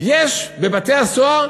יש בבתי-הסוהר,